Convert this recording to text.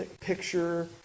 picture